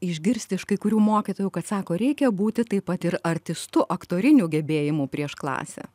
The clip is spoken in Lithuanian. išgirsti iš kai kurių mokytojų kad sako reikia būti taip pat ir artistu aktorinių gebėjimų prieš klasę